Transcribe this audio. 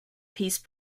peace